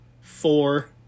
four